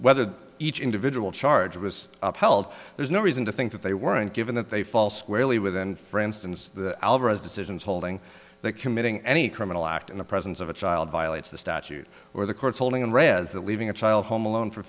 whether each individual charge was upheld there's no reason to think that they weren't given that they fall squarely with and for instance the alvarez decisions holding that committing any criminal act in the presence of a child violates the statute or the court's holding and read is that leaving a child home alone for